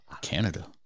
Canada